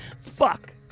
Fuck